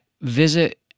visit